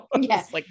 Yes